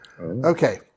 Okay